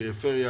זאת פריפריה,